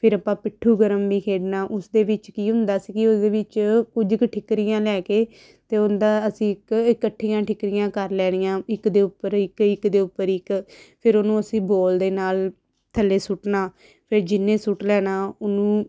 ਫਿਰ ਆਪਾਂ ਪਿੱਠੂ ਗਰਮ ਵੀ ਖੇਡਣਾ ਉਸ ਦੇ ਵਿੱਚ ਕੀ ਹੁੰਦਾ ਸੀ ਉਹਦੇ ਵਿੱਚ ਕੁਝ ਕੁ ਠੀਕਰੀਆਂ ਲੈ ਕੇ ਅਤੇ ਉਹਨਾਂ ਦਾ ਅਸੀਂ ਇੱਕ ਇਕੱਠੀਆਂ ਠੀਕਰੀਆਂ ਕਰ ਲੈਣੀਆਂ ਇੱਕ ਦੇ ਉੱਪਰ ਇੱਕ ਇੱਕ ਦੇ ਉੱਪਰ ਇੱਕ ਫਿਰ ਉਹ ਨੂੰ ਅਸੀਂ ਬੋਲ ਦੇ ਨਾਲ ਥੱਲੇ ਸੁੱਟਣਾ ਫਿਰ ਜਿਸ ਨੇ ਸੁੱਟ ਲੈਣਾ ਉਹ ਨੂੰ